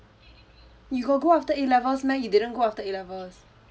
you got go after A levels meh you didn't go after A levels